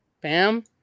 Bam